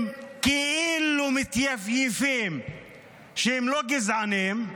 הם כאילו מתייפייפים שהם לא גזענים,